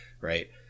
right